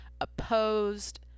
opposed